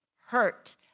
hurt